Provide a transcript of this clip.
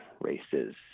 races